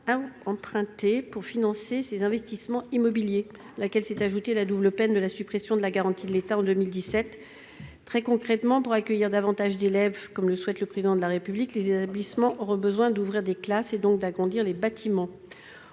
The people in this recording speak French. à emprunter pour financer ses investissements immobiliers. À cela s'est ajoutée en 2017 la suppression de la garantie de l'État ; c'est donc la double peine ! Pour accueillir davantage d'élèves, comme le souhaite le Président de la République, les établissements auront besoin d'ouvrir des classes et donc d'agrandir les bâtiments.